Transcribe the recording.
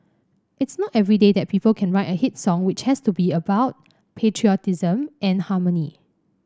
it's not every day that people can write a hit song which has to be about patriotism and harmony